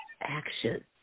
action